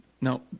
Now